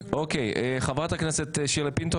חברת הכנסת שירלי פינטו,